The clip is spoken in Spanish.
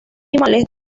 animales